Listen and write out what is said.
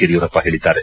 ಯಡಿಯೂರಪ್ಪ ಹೇಳಿದ್ದಾರೆ